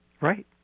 Right